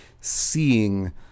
seeing